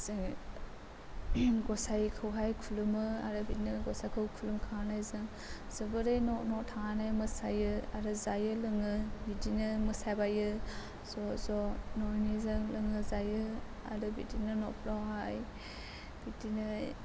जोङो गसायखौहाय खुलुमो आरो बिदिनो गसायखौ खुलुमखांनानै जों जोबोरै न' न' थांनानै मोसायो आरो जायो लोङो बिदिनो मोसाबायो ज' ज' ननिजों लोङो जायो आरो बिदिनो नफोरावहाय बिदिनो